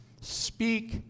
speak